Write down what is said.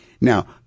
Now